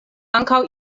ankaŭ